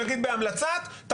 זה אני אמרתי על השר, השר ממנה.